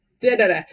da-da-da